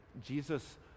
Jesus